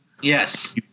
Yes